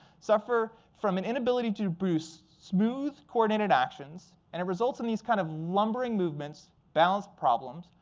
suffer from an inability to produce smooth, coordinated actions. and it results in these kind of lumbering movements, balance problems,